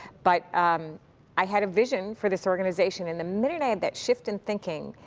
but um i had a vision for this organization. and the minute i had that shift in thinking,